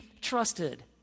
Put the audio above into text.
trusted